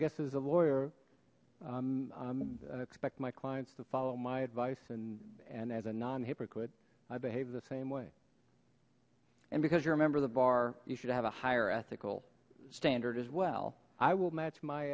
guess is a lawyer expect my clients to follow my advice and and as a non hypocrite i behave the same way and because you remember the bar you should have a higher ethical standard as well i will match my